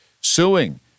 suing